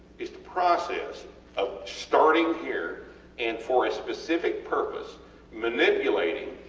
its the process of starting here and for a specific purpose manipulating